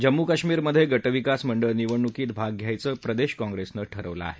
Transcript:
जम्मू काश्मीरमधे गटविकास मंडळ निवडणुकीत भाग घ्यायचं प्रदेश काँग्रेसने ठरवलं आहे